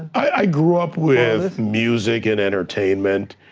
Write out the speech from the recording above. i grew up with music and entertainment,